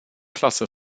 klasse